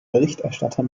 berichterstatter